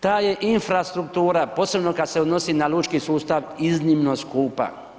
Ta je infrastruktura posebno kad se odnosi na lučki sustav iznimno skupa.